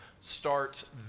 starts